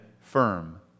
firm